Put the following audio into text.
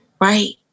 right